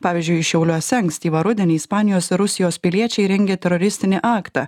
pavyzdžiui šiauliuose ankstyvą rudenį ispanijos ir rusijos piliečiai rengė teroristinį aktą